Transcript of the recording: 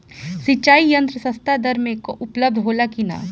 सिंचाई यंत्र सस्ता दर में उपलब्ध होला कि न?